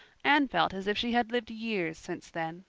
anne felt as if she had lived years since then,